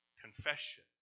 confession